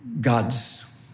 God's